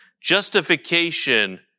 justification